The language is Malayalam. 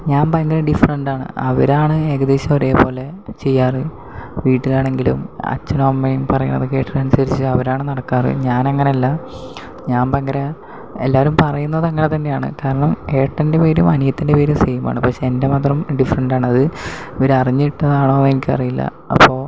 ഞാൻ ഭയങ്കര ഡിഫറൻറ് ആണ് അവരാണ് ഏകദേശം ഒരേ പോലെ ചെയ്യാറ് വീട്ടിലാണെങ്കിലും അച്ഛനും അമ്മയും പറയണത് കേട്ട് അനുസരിച്ച് അവരാണ് നടക്കാറ് ഞാനങ്ങനെയല്ല ഞാൻ ഭയങ്കര എല്ലാവരും പറയുന്നത് അങ്ങനെ തന്നെയാണ് കാരണം ഏട്ടൻ്റെ പേരും അനിയത്തീൻ്റെ പേരും സേയ്മാണ് പക്ഷെ എൻ്റെ മാത്രം ഡിഫറന്റാണത് അവരറിഞ്ഞിട്ടതാണോ എനിക്ക് അറിയില്ല അപ്പോൾ